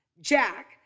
Jack